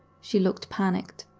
she looked panicked.